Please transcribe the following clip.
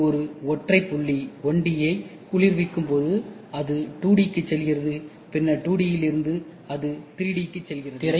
இது ஒரு ஒற்றை புள்ளி 1D ஐ குளிர்விக்கும் போது அது 2D க்கு செல்கிறது பின்னர் 2D இலிருந்து அது 3D க்கு செல்கிறது